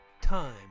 Time